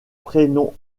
prénoms